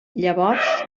llavors